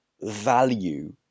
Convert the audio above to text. value